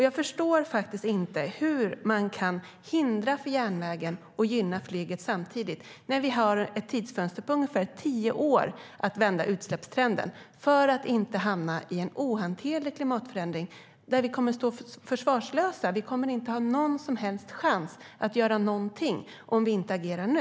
Jag förstår inte hur man kan hindra järnvägen och samtidigt gynna flyget när vi har ett tidsfönster på ungefär tio år för att vända utsläppstrenden. Annars hamnar vi i en ohanterlig klimatförändring där vi kommer att stå försvarslösa. Då kommer vi inte att ha någon som helst chans att göra någonting om vi inte agerar nu.